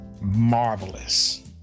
marvelous